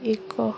ଏକ